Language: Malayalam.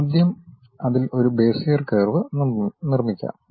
ആദ്യം അതിൽ ഒരു ബെസിയർ കർവ് നിർമ്മിക്കാം